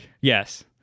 Yes